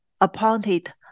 appointed